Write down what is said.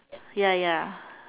ya ya